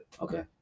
Okay